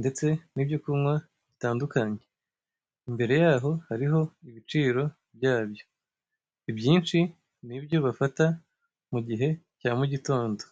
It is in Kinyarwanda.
ndetse n'ibyo kunywa bitandukanye. Imbere yaho hariho ibiciro byabyo, ibyinshi ni ibyo bafata mugihe cya mugitondo.